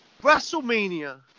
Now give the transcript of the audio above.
WrestleMania